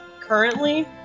currently